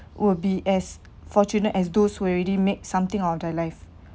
will be as fortunate as those who already make something of their life